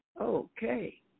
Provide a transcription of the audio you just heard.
Okay